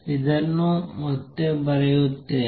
ಇದನ್ನು ಮತ್ತೆ ಬರೆಯುತ್ತೇನೆ